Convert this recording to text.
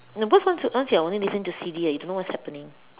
no once once once you are only listening to C_D ah you don't know what is happening